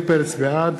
בעד